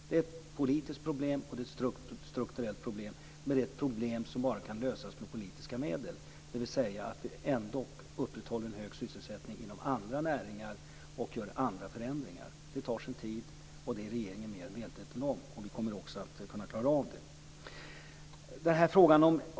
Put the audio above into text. Det är ett politiskt problem och ett strukturellt problem, men det är ett problem som bara kan lösas med politiska medel, dvs. att vi ändå upprätthåller en hög sysselsättning inom andra näringar och gör andra förändringar. Det tar sin tid. Det är regeringen medveten om, och vi kommer också att kunna klara av det.